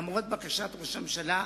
למרות בקשת ראש הממשלה,